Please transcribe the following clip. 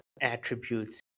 attributes